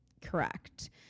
Correct